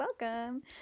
welcome